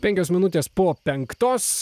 penkios minutės po penktos